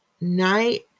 night